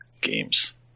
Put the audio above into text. games